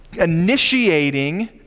initiating